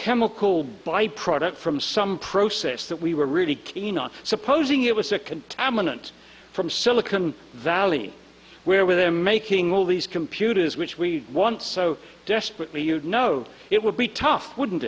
chemical byproduct from some process that we were really keen on supposing it was a contaminant from silicon valley where with them making all these computers which we want so desperately you know it would be tough wouldn't